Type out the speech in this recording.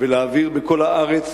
ולהעביר בכל הארץ,